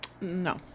No